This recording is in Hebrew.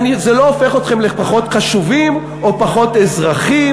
וזה לא הופך אתכם לפחות חשובים או פחות אזרחים.